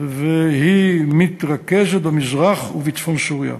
והיא מתרכזת במזרח ובצפון סוריה.